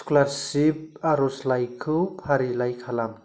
scholarship आरजलाइखौ फारिलाइ खालाम